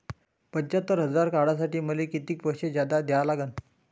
पंच्यात्तर हजार काढासाठी मले कितीक पैसे जादा द्या लागन?